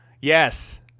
Yes